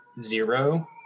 zero